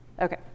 Okay